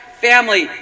family